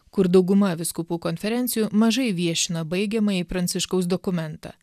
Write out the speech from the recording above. kur dauguma vyskupų konferencijų mažai viešina baigiamąjį pranciškaus dokumentą